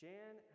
Jan